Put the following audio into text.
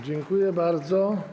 Dziękuję bardzo.